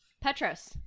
Petros